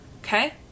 Okay